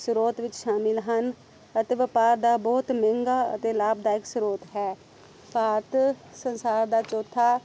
ਸਰੋਤ ਵਿੱਚ ਸ਼ਾਮਿਲ ਹਨ ਅਤੇ ਵਪਾਰ ਦਾ ਬਹੁਤ ਮਹਿੰਗਾ ਅਤੇ ਲਾਭਦਾਇਕ ਸਰੋਤ ਹੈ ਭਾਰਤ ਸੰਸਾਰ ਦਾ ਚੌਥਾ